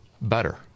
better